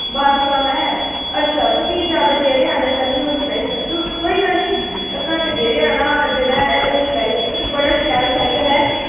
बारां साल है अच्छा ते फ्ही जैदा गेअरें आह्ला ते नेईं ओह् चलाई सक्कग ते कोई गल्ल नेईं घट्ट गेअरें आह्ला जेह्ड़ा ऐ ओह् चलाई सक्कग बड़ा शैल साइकल ऐ